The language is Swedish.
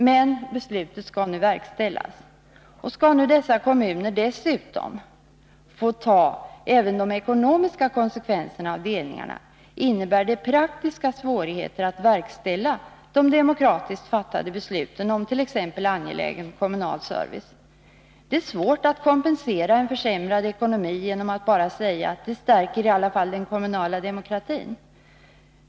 Men besluten skall nu verkställas. Om dessa kommuner nu dessutom skall få ta även de ekonomiska konsekvenserna av delningarna, innebär det praktiska svårigheter att verkställa de demokratiskt fattade besluten om t.ex. angelägen kommunal service. Det är svårt att kompensera en försämrad ekonomi genom att bara säga att det i alla fall stärker den kommunala demokratin.